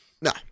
no